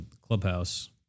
Clubhouse